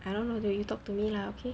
I don't know dude you talk to me lah okay